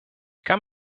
kann